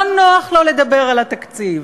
לא נוח לו לדבר על התקציב.